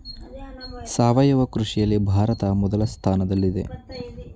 ಸಾವಯವ ಕೃಷಿಯಲ್ಲಿ ಭಾರತ ಮೊದಲ ಸ್ಥಾನದಲ್ಲಿದೆ